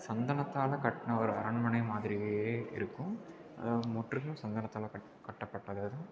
சந்தனத்தால் கட்டின ஒரு அரண்மனை மாதிரியே இருக்கும் அது முற்றிலும் சந்தனத்தால் கட் கட்டப்பட்டது அது